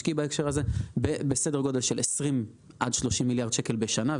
תוצר משקי בהקשר הזה בסדר גודל של 20 עד 30 מיליארד שקל בשנה.